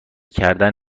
کردن